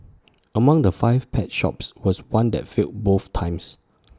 among the five pet shops was one that failed both times